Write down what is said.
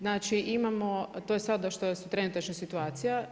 Znači imamo, to je sada što je trenutačno situacija.